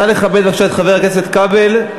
נא לכבד את חבר הכנסת כבל,